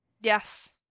Yes